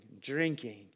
drinking